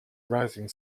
rising